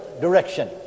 direction